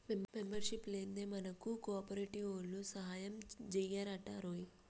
membership లేందే మనకు కోఆపరేటివోల్లు సాయంజెయ్యరటరోయ్